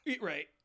Right